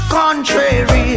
contrary